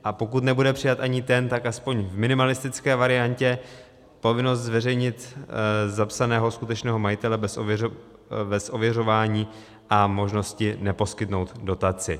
A pokud nebude přijat ani ten, tak aspoň v minimalistické variantě povinnost zveřejnit zapsaného skutečného majitele bez ověřování a možnosti neposkytnout dotaci.